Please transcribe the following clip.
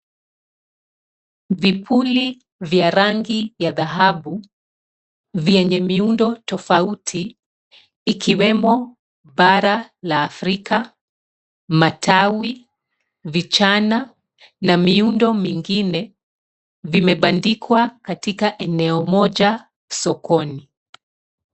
Vipuli vya rangi ya dhahabu vyenye miundo tofauti, ikiwemo bara la Afrika, matawi, vichana na miundo mingine vimebandikwa katika eneo moja, sokoni.